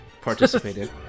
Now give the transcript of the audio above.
participated